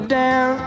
down